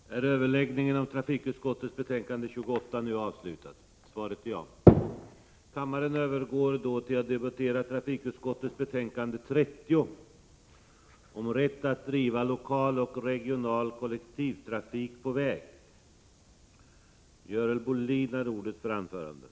Kammaren övergår nu till att debattera utbildningsutskottets betänkande 33 om anslag till humanistiska fakulteterna m.m. I fråga om detta betänkande hålls gemensam överläggning för samtliga punkter.